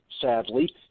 sadly